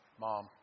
Mom